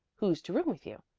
who's to room with you.